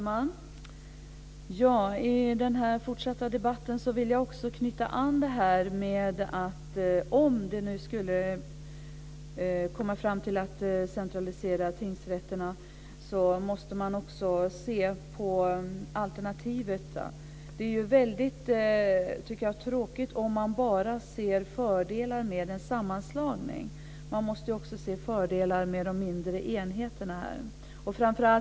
Fru talman! I den fortsatta debatten vill jag säga att om man skulle komma fram till att centralisera tingsrätterna måste man också se på alternativet. Jag tycker att det är väldigt tråkigt om man bara ser fördelar med en sammanslagning. Man måste också se fördelar med de mindre enheterna.